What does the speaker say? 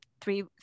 three